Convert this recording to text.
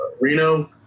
Reno